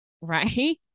right